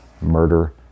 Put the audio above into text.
murder